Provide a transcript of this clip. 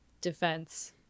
defense